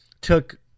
took